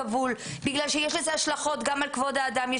הוא כן כבול כי יש לזה השלכות גם על כבוד האדם,